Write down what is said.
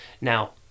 Now